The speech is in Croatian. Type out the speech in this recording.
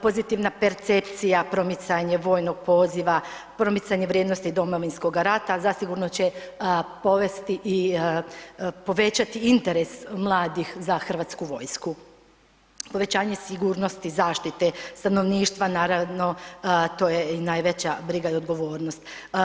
Pozitivna percepcija, promicanje vojnog poziva, promicanje vrijednosti Domovinskoga rata zasigurno će povesti i povećati interes mladih za Hrvatsku vojsku, povećanje sigurnost zaštite stanovništva, naravno, to je i najveća briga i odgovornost.